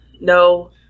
no